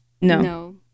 No